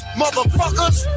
motherfuckers